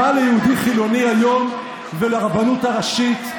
מה ליהודי חילוני היום ולרבנות הראשית?